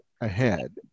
ahead